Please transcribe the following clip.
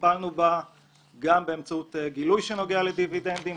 טיפלנו בה גם באמצעות גילוי שנוגע לדיבידנדים,